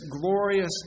glorious